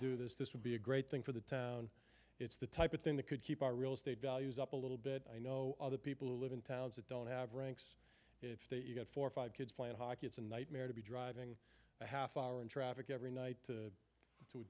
do this this would be a great thing for the town it's the type of thing that could keep our real estate values up a little bit i know other people who live in towns that don't have ranks if they got four or five kids playing hockey it's a nightmare to be driving a half hour in traffic every night to